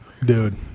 Dude